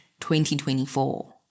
2024